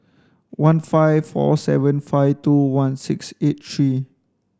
one five four seven five two one six eight three